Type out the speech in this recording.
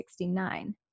1969